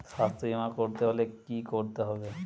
স্বাস্থ্যবীমা করতে হলে কি করতে হবে?